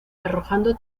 arrojando